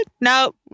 No